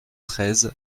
treize